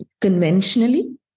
conventionally